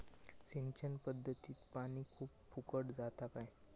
सिंचन पध्दतीत पानी खूप फुकट जाता काय?